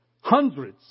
hundreds